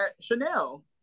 Chanel